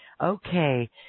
Okay